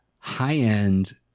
high-end